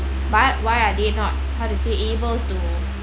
but why are they not how to say able to